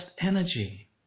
energy